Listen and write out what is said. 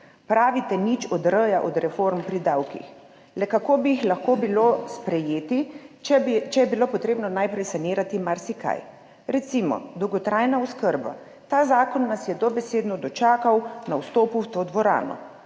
Pravite, da ni r-ja od reform pri davkih. Le kako bi jih lahko sprejeli, če je bilo najprej treba sanirati marsikaj? Recimo dolgotrajna oskrba. Ta zakon nas je dobesedno dočakal pri vstopu v to dvorano.